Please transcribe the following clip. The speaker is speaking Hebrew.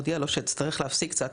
כדי להודיע לו שאצטרך להפסיק קצת,